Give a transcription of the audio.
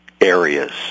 areas